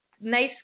nice